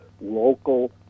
local